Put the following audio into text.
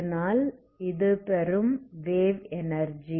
அதனால் இது வெறும் வேவ் எனர்ஜி